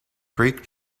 brake